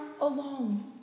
alone